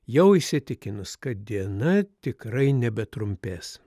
jau įsitikinus kad diena tikrai nebetrumpės